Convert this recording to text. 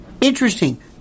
interesting